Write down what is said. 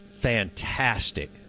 fantastic